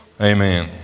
Amen